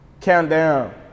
Countdown